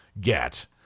get